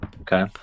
okay